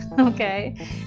okay